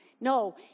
No